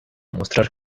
mostrar